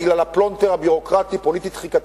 בגלל הפלונטר הביורוקרטי-הפוליטי-התחיקתי,